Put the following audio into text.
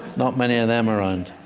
not many of them around